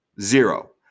Zero